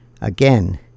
Again